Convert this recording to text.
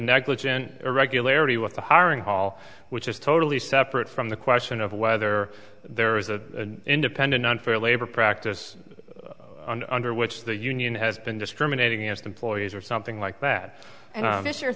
negligent irregularity with the hiring hall which is totally separate from the question of whether there is a independent unfair labor practice under which the union has been discriminating against employees or something like that this year